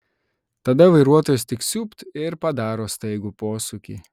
tada vairuotojas tik siūbt ir padaro staigų posūkį